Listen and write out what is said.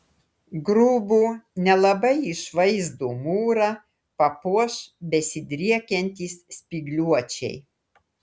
grubų nelabai išvaizdų mūrą papuoš besidriekiantys spygliuočiai